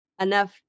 Enough